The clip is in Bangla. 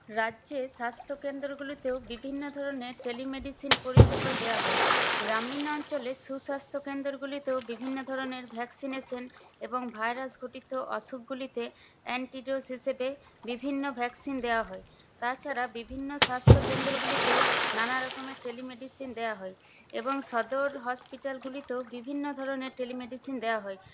রাজ্যে স্বাস্থ্যকেন্দ্রগুলিতেও বিভিন্ন ধরনের টেলিমেডিসিন পরিষেবা দেওয়া হয় গ্রামীণ অঞ্চলে সুস্বাস্থ্য কেন্দ্রগুলিতেও বিভিন্ন ধরনের ভ্যাকসিনেশন এবং ভাইরাস ঘটিত অসুখগুলিতে অ্যান্টিডোট হিসেবে বিভিন্ন ভ্যাকসিন দেওয়া হয় তাছাড়া বিভিন্ন স্বাস্থ্যকেন্দ্রগুলিতেও নানা রকমের টেলিমেডিসিন দেওয়া হয় এবং সদর হসপিটালগুলিতেও বিভিন্ন ধরনের টেলিমেডিসিন দেওয়া হয়